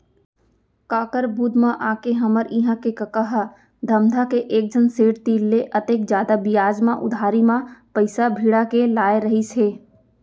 काकर बुध म आके हमर इहां के कका ह धमधा के एकझन सेठ तीर ले अतेक जादा बियाज म उधारी म पइसा भिड़ा के लाय रहिस हे